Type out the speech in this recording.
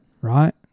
right